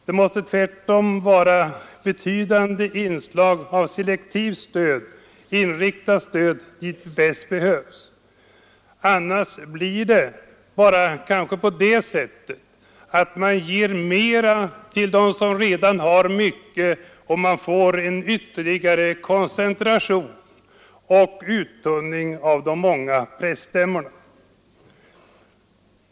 Det måste tvärtom vara betydande inslag av selektivt stöd Presstöd — riktat dit där det bäst behövs. Annars blir det kanske bara så att man ger mer till dem som redan har mycket och får en ytterligare koncentration och uttunning av de många presstämmorna.